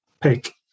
pick